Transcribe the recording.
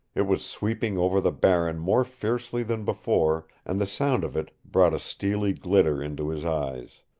it was sweeping over the barren more fiercely than before, and the sound of it brought a steely glitter into his eyes.